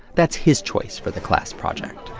that's his choice for the class project.